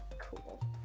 Cool